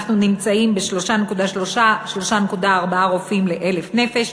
אנחנו נמצאים ב-3.3 3.4 רופאים ל-1,000 נפש,